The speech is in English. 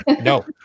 No